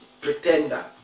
pretender